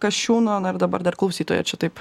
kasčiūno na ir dabar dar klausytoja čia taip